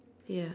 ya